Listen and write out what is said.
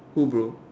cool bro